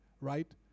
right